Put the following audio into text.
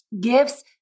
gifts